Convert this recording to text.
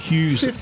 Hughes